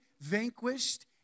vanquished